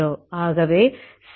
ஆகவே c20